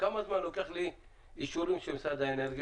כמה זמן לוקח לי לקבל אישורים של משרד האנרגיה?